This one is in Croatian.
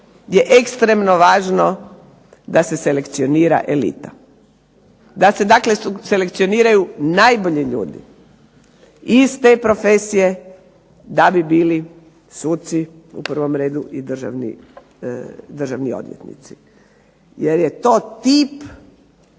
je ekstremno važno da se selekcionira elita. Da se dakle selekcioniraju najbolji ljudi iz te profesije da bi bili suci u prvom redu i državni odvjetnici. Jer je to tip,